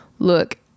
look